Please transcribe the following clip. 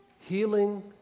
Healing